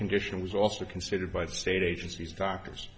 condition was also considered by the state agencies factors